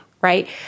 right